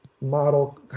model